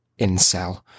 incel